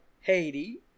Haiti